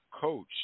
coach